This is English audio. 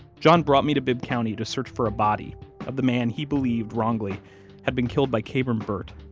john brought me to bibb county to search for a body of the man he believed wrongly had been killed by kabrahm burt.